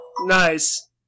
Nice